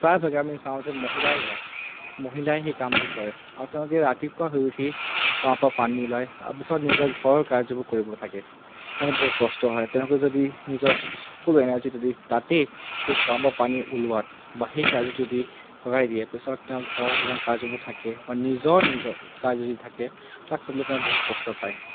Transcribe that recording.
প্ৰায়ভাগ আমি চাওঁ যে মহিলাই ওলায় মহিলাই সেই কামবোৰ কৰে আৰু তেওঁলোকে ৰাতিপুৱা শুই উঠি কুঁৱা পৰা পানী ওলায় তাৰপিছত নিজৰ ঘৰৰ কাৰ্যবোৰ কৰিব থাকে সেইকাৰণে বহুত কষ্ট হয় তেওঁলোকে যদি নিজৰ সকলো এনাৰ্জি যদি তাতেই সেই কুঁৱা পৰা পানী ওলোৱাত বা সেই কাৰ্যত যদি লগাই দিয়ে পিছত তেওঁ ঘৰ যিমান কাৰ্যবোৰ থাকে বা নিজৰ নিজৰ কাৰ্য যি থাকে তাক কৰিবলৈ তেওঁ বহুত কষ্ট পায়